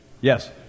Yes